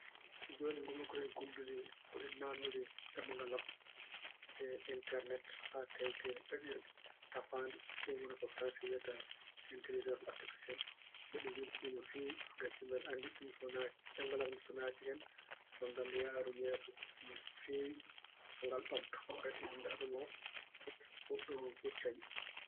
Jooni ngonmi ko e naatnude ɗemngal am e Enternet haa teeŋti e ñayirde- ƴoƴre tafaande ɗum woni ko Farayse wiyata intelijaans artifisel. Mbeɗe weltii no feewi ngati mbeɗe anndi so ɗum- so- naat- ɗemngal ngal am so naati hen. Maa ngal yahru yeeso no feewi. Maa ngal ɓamto ngati angal hannde aduna oo fof ko ɗum huccani.